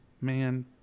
man